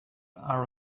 are